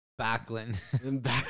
Backlund